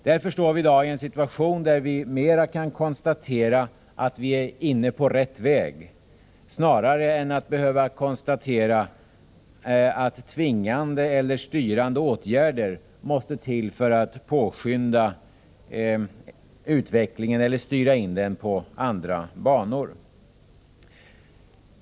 Därför står vi i dag i en situation där vi snarare kan konstatera att vi är inne på rätt väg än att behöva konstatera att tvingande eller styrande åtgärder måste till för att påskynda eller styra in på andra banor.